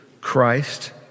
Christ